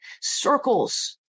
circles